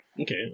Okay